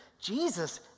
Jesus